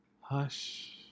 Hush